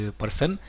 person